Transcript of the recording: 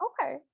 Okay